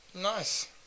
Nice